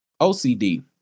OCD